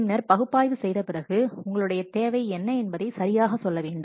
பின்னர் பகுப்பாய்வு செய்த பிறகு உங்களுடைய தேவை என்ன என்பதை சரியாக சொல்லவேண்டும்